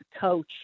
coach